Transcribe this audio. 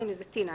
הנה, זה טינה.